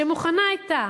שמוכנה היתה